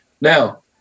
Now